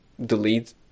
delete